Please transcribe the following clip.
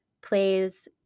plays